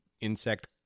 insect